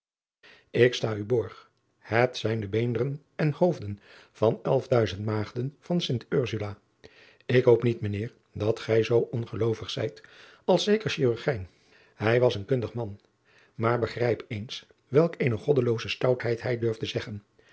k sta u borg het zijn de beenderen en hoofden van de elfduizend aagden van t rsula k hoop niet mijn eer dat gij zoo ongeloovig zijt als zeker hirurgijn hij was een kundig man maar begrijp eens welk eene goddelooze stoutheid hij durfde zeggen